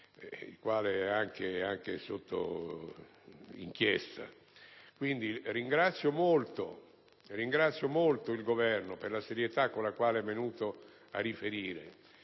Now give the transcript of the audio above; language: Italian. il quale è anche sotto inchiesta. Ringrazio quindi il Governo per la serietà con la quale è venuto a riferire